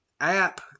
app